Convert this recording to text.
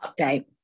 update